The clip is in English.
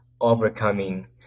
overcoming